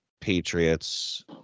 Patriots